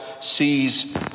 sees